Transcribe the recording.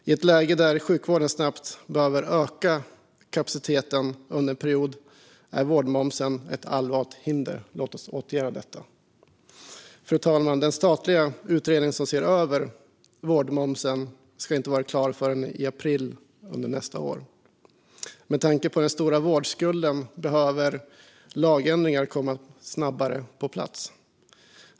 I ett läge där sjukvården snabbt behöver öka kapaciteten under en period är vårdmomsen ett allvarligt hinder. Låt oss åtgärda detta! Fru talman! Den statliga utredning som ser över vårdmomsen ska inte vara klar förrän i april nästa år. Med tanke på den stora vårdskulden behöver lagändringar komma på plats snabbare.